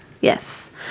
Yes